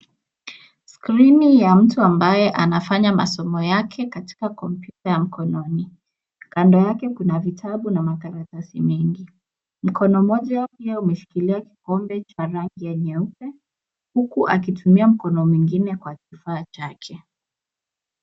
Skrini ya mtu ambaye anafanya masomo yake katika kompyuta ya mkononi. Kando yake kuna vitabu na makaratasi mengi. Mkono mmoja pia umeshikilia kikombe cha rangi ya nyeupe huku akitumia mkono mwingine kwa kifaa chake.